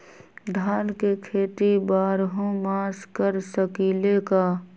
धान के खेती बारहों मास कर सकीले का?